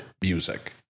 music